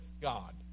God